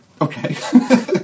Okay